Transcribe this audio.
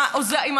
את החוק הזה,